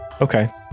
Okay